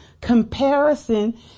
comparison